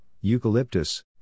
eucalyptus